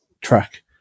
track